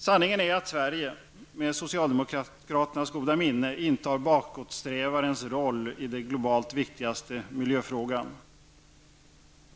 Sanningen är att Sverige -- med socialdemokraternas goda minne -- med socialdemokraternas god minne -- intar bakåtsträvarens roll i den golobalt viktigaste miljöfrågan.